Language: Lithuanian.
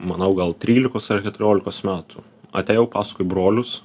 manau gal trylikos ar keturiolikos metų atėjau paskui brolius